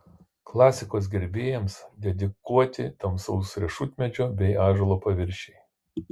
klasikos gerbėjams dedikuoti tamsaus riešutmedžio bei ąžuolo paviršiai